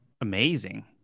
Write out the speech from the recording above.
amazing